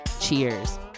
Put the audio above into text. Cheers